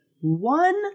one